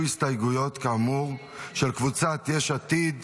הסתייגויות כאמור של קבוצת יש עתיד,